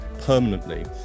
permanently